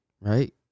Right